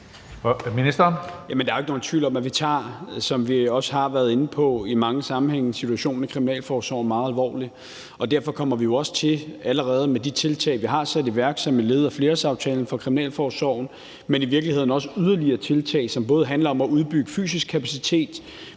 er jo ikke nogen tvivl om, at vi, som vi også har været inde på i mange sammenhænge, tager situationen med kriminalforsorgen meget alvorligt. Derfor kommer vi jo også til at tage tiltag, og vi har allerede sat nogle i værk som led i flerårsaftalen for kriminalforsorgen. Men i virkeligheden kommer vi også til at tage yderligere tiltag, som både handler om at udbygge fysisk kapacitet,